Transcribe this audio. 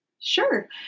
Sure